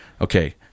okay